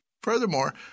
Furthermore